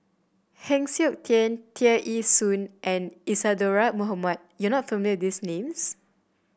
Heng Siok Tian Tear Ee Soon and Isadhora Mohamed you are not familiar these names